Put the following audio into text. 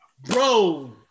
Bro